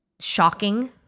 shocking